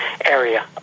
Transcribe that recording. area